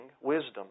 wisdom